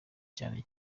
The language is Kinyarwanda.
cyane